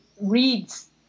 reads